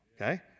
okay